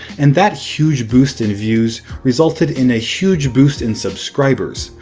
and that huge boost in views resulted in a huge boost in subscribers,